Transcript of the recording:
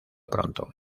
pronto